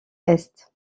est